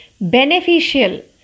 beneficial